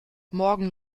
morgen